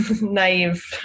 naive